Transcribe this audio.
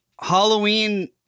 Halloween